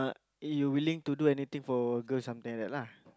you willing to do anything for girl sometime like that lah